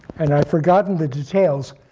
and i've forgotten the details,